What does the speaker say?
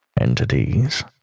entities